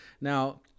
now